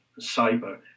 cyber